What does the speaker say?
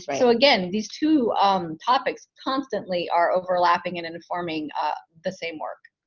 so again, these two topics constantly are overlapping and informing the same work.